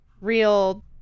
real